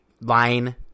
line